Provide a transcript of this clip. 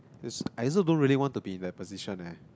is I also don't really want to be in the position eh